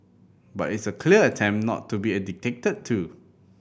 but it's a clear attempt not to be a dictated to